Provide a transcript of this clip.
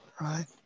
right